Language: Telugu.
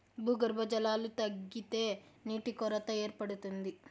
భూగర్భ జలాలు తగ్గితే నీటి కొరత ఏర్పడుతుంది